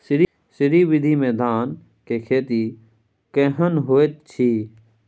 श्री विधी में धान के खेती केहन होयत अछि?